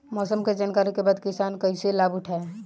मौसम के जानकरी के बाद किसान कैसे लाभ उठाएं?